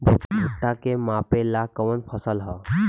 भूट्टा के मापे ला कवन फसल ह?